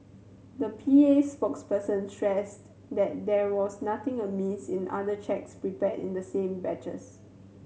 the P A spokesperson stressed that there was nothing amiss in the other cheques prepared in the same batches